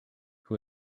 who